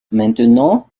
maintenant